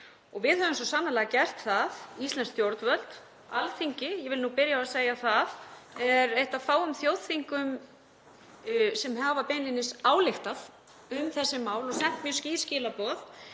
Við höfum svo sannarlega gert það, íslensk stjórnvöld, Alþingi. Ég vil nú byrja á að segja að það er eitt af fáum þjóðþingum sem hafa beinlínis ályktað um þessi mál og sent mjög skýr skilaboð.